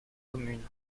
communes